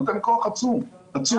זה נותן כוח עצום, עצום.